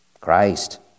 Christ